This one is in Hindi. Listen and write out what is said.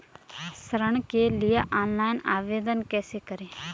ऋण के लिए ऑनलाइन आवेदन कैसे करें?